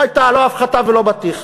לא הייתה לא הפחתה ולא בטיח.